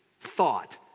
thought